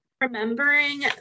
Remembering